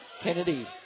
Kennedy